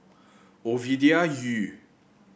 Ovidia Yu